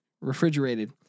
refrigerated